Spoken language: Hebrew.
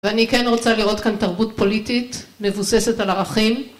ואני כן רוצה לראות כאן תרבות פוליטית מבוססת על ערכים.